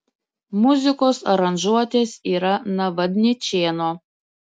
muzikos aranžuotės yra navadničėno